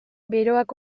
beroak